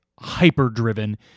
hyper-driven